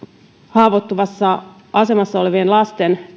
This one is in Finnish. haavoittuvassa asemassa olevien lasten